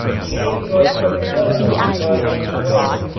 behaves like other lead but is lighter.